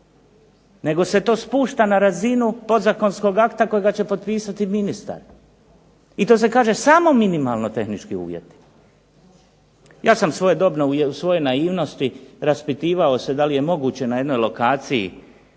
nego se to spušta na razinu podzakonskog akta kojega će potpisati ministar, i to se kaže samo minimalno tehnički uvjeti. Ja sam svojedobno u svojoj naivnosti raspitivao se da li je moguće na jednoj lokaciji